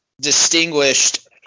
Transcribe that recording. distinguished